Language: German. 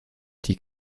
die